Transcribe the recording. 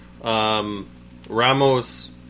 Ramos